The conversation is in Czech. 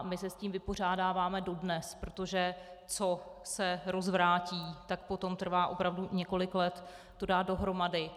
My se s tím vypořádáváme dodnes, protože co se rozvrátí, tak potom trvá opravdu několik let to dát dohromady.